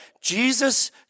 Jesus